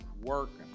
working